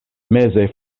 meze